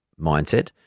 mindset